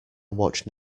watch